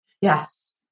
Yes